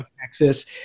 Texas